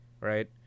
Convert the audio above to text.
right